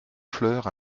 fleurs